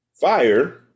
fire